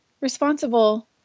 responsible